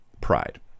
pride